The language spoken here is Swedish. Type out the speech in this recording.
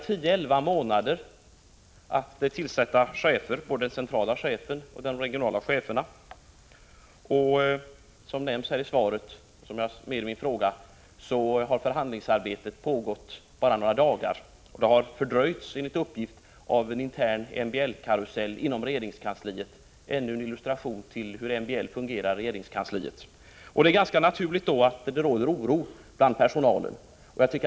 Det skulle dock dröja tio till elva månader innan både generaldirektören och de regionala cheferna blivit tillsatta. Som nämns i svaret på min fråga har förhandlingsarbetet pågått bara några dagar. Det har enligt uppgift fördröjts av en intern MBL-karusell inom regeringskansliet — ännu en illustration till hur MBL fungerar inom regeringskansliet. Det är mot denna bakgrund ganska naturligt att det råder oro inom personalen.